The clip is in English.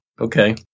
Okay